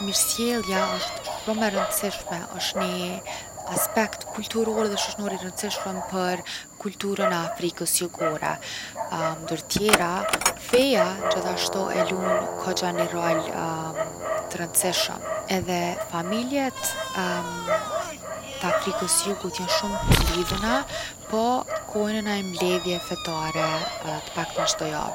Mirësjellja osht shumë e rëndsishme, osht ni aspekt kulturor’ edhe shoqnor’ i rëndsishëm për kulturën e afrikës jugore. Ndër tjera, feja gjithashtu e lun kogja ni rol t’rëndsishëm. Edhe familjet t’afrikës t’jugut jon shumë t’lidhuna po shkojnë në naj mledhje fetare t’paktën çdo javë.